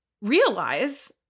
realize